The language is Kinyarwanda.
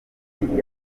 indiri